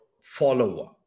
follower